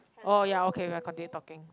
oh ya okay we are continue talking